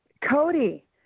Cody